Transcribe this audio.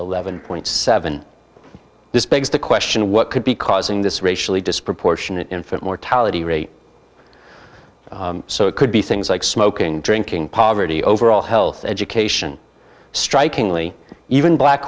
eleven seven this begs the question what could be causing this racially disproportionate infant mortality rate so it could be things like smoking drinking poverty overall health education strikingly even black